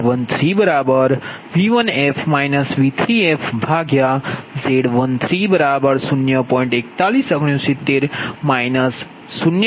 4169 0